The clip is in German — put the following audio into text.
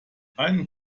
einen